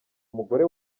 umugore